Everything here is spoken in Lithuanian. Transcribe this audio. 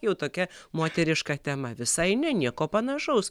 jau tokia moteriška tema visai ne nieko panašaus